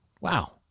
Wow